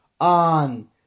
on